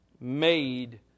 made